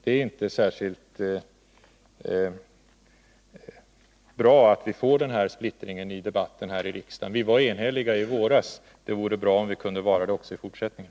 Det är inte särskilt bra att vi får denna splittring i debatten häri riksdagen. Vi var eniga i våras — det vore bra om vi kunde vara det också i fortsättningen.